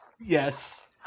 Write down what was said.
Yes